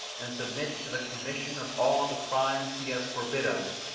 and submit to the commission of all the crimes he has forbid us,